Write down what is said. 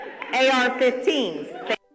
AR-15s